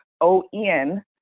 O-N